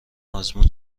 آزمون